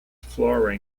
flora